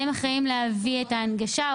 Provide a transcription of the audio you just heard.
הם אחראים להביא את ההנגשה.